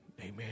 Amen